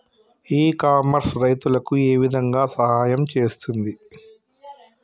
ఇ commerce రైతులకు ఏ విధంగా సహాయం చేస్తుంది?